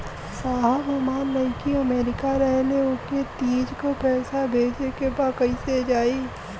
साहब हमार लईकी अमेरिका रहेले ओके तीज क पैसा भेजे के ह पैसा कईसे जाई?